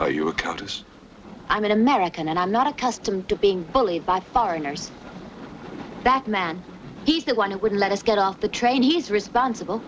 how you are countess i'm an american and i'm not accustomed to being bullied by foreigners that man he's the one who wouldn't let us get off the train he's responsible